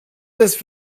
this